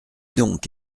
donc